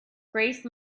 grace